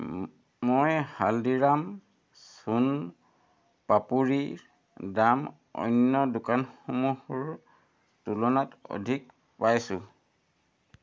মই হালদিৰাম চোন পাপড়িৰ দাম অন্য দোকানসমূহৰ তুলনাত অধিক পাইছোঁ